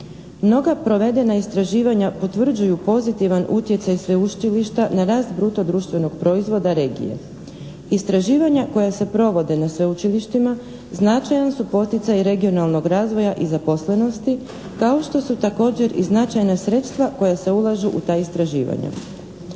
Mnoga provedena istraživanja potvrđuju pozitivan utjecaj sveučilišta na rast bruto društvenog proizvoda regije. Istraživanja koja se provode na sveučilištima značajan su poticaj regionalnog razvoja i zaposlenosti kao što su također i značajna sredstva koja se ulažu u ta istraživanja.